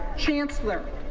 chancellor